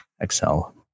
Excel